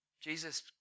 Jesus